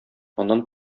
аннан